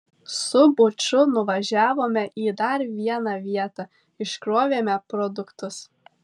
su buču nuvažiavome į dar vieną vietą iškrovėme produktus